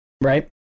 Right